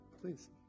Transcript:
please